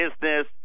business